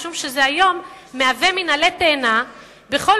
משום שזה היום מהווה מין עלה תאנה בכל